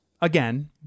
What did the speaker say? again